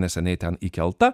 neseniai ten įkelta